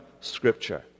Scripture